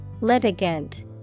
litigant